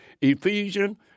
Ephesians